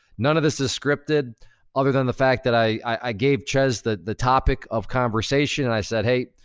none of this is scripted other than the fact that i i gave chezz the the topic of conversation and i said, hey,